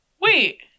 Wait